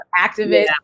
activist